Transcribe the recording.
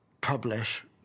publish